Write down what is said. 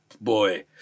Boy